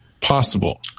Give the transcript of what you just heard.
Possible